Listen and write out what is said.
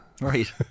Right